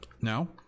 now